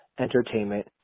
Entertainment